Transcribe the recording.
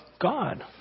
God